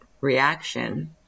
reaction